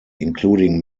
including